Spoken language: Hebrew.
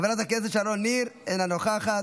חברת הכנסת שרון ניר, אינה נוכחת,